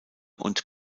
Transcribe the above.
und